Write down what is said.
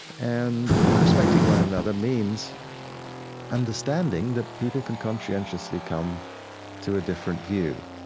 and respecting one another means understanding that people can conscientiously come to a different view.